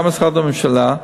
גם משרד ראש הממשלה,